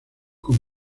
con